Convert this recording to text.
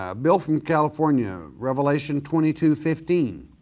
ah bill from california, revelation twenty two fifteen,